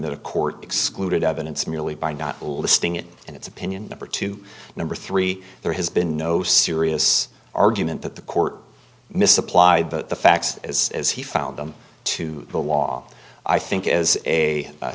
that a court excluded evidence merely by not listing it and its opinion number two number three there has been no serious argument that the court misapplied the facts as as he found them to the law i think as a